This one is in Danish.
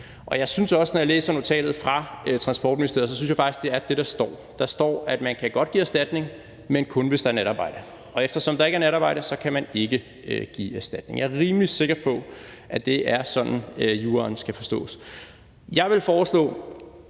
er hjemmel. Og når jeg læser notatet fra Transportministeriet, synes jeg faktisk også, det er det, der står. Der står, at man godt kan give erstatning, men kun hvis der er natarbejde, og eftersom der ikke er natarbejde, kan man ikke give erstatning. Jeg er rimelig sikker på, at det er sådan, juraen skal forstås. Jeg vil foreslå,